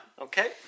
okay